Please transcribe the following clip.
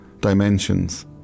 dimensions